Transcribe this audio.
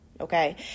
okay